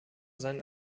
sein